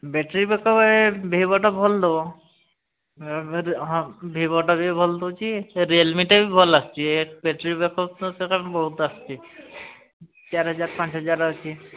battery backup ଏ Vivo ତ ଭଲ ଦେବ ହଁ ଭିଭୋଟା ବି ଭଲ ଦେଉଛି ରିଅଲ୍ ମିଟା ବି ଭଲ ଆସୁଛି ଏ ବ୍ୟାଟେରି ବ୍ୟାକ୍ଅପ୍ ତ ସେଇଟା ବହୁତ ଆସୁଛି ତେର ହଜାର ପାଞ୍ଚ ହଜାର ଆସୁଛି